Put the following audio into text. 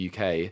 UK